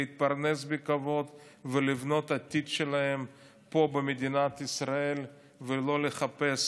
להתפרנס בכבוד ולבנות את העתיד שלהם פה במדינת ישראל ולא לחפש